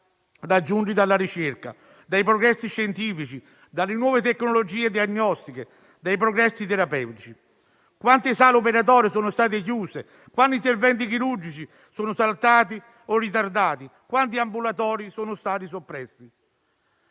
raggiunti dalla ricerca, dai progressi scientifici, dalle nuove tecnologie diagnostiche e dai progressi terapeutici. Quante sale operatorie sono state chiuse, quanti interventi chirurgici sono saltati o sono stati ritardati, quanti ambulatori sono stati soppressi.